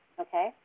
okay